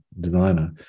designer